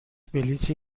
بلیطی